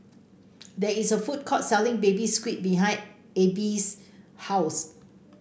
there is a food court selling Baby Squid behind Abie's house